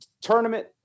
tournament